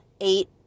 eight